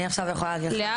אני עכשיו יכולה להגיד לך.